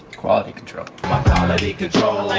quality control control